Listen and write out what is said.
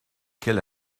quel